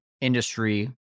industry